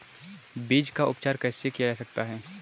बीज का उपचार कैसे किया जा सकता है?